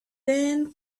thin